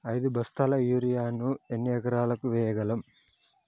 ఐదు బస్తాల యూరియా ను ఎన్ని ఎకరాలకు వేయగలము?